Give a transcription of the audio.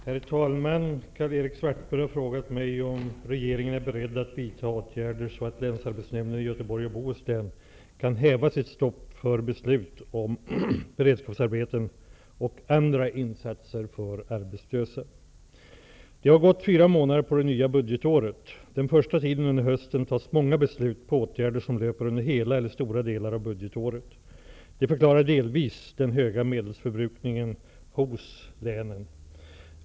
Herr talman! Karl-Erik Svartberg har frågat mig om regeringen är beredd att vidta åtgärder så att länsarbetsnämnden i Göteborgs och Bohus län kan häva sitt stopp för beslut om beredskapsarbeten och andra insatser för arbetslösa. Det har gått fyra månader på det nya budgetåret. Den första tiden under hösten fattas många beslut om åtgärder som löper under hela eller stora delar av budgetåret. Det förklarar delvis den höga medelsförbrukningen hos länen.